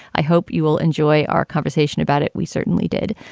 i hope you will enjoy our conversation about it. we certainly did.